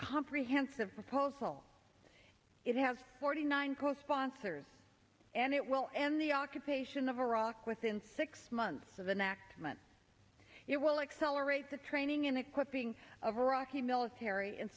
comprehensive proposal it has forty nine co sponsors and it will end the occupation of iraq within six months of an act meant it will accelerate the training and equipping of iraqi military and